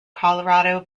colorado